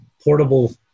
portable